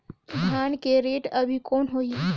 धान के रेट अभी कौन होही?